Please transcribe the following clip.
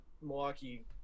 Milwaukee